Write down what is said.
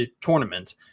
tournament